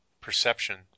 perception